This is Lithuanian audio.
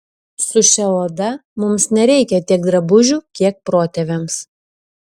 su šia oda mums nereikia tiek drabužių kiek protėviams